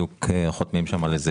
נכון,